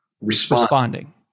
responding